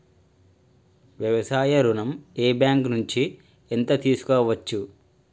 వ్యవసాయ ఋణం ఏ బ్యాంక్ నుంచి ఎంత తీసుకోవచ్చు?